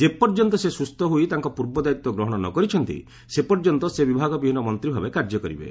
ଯେପର୍ଯ୍ୟନ୍ତ ସେ ସୁସ୍ଥ ହୋଇ ତାଙ୍କ ପର୍ବ ଦାୟିତ୍ୱ ଗ୍ରହଣ ନ କରିଛନ୍ତି ସେ ପର୍ଯ୍ୟନ୍ତ ସେ ବିଭାଗ ବିହୀନ ମନ୍ତ୍ରୀ ଭାବେ କାର୍ଯ୍ୟ କରିବେ